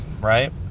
right